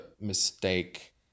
mistake